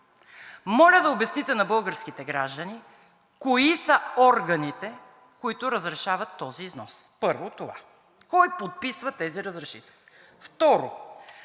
Моля да обясните на българските граждани кои са органите, които разрешават този износ? Първо това. Кой подписва тези разрешителни? Второ,